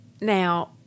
Now